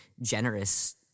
generous